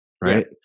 right